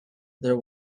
there